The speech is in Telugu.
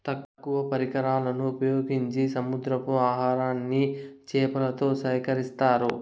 తక్కువ పరికరాలను ఉపయోగించి సముద్రపు ఆహారాన్ని చేతులతో సేకరిత్తారు